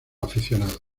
aficionados